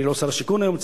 אני לא שר השיכון היום,